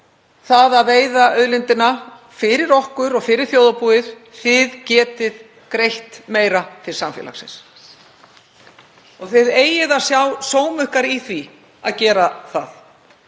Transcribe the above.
það að veiða úr auðlindinni fyrir okkur og fyrir þjóðarbúið, þið getið greitt meira til samfélagsins. Þið eigið að sjá sóma ykkar í því að gera það.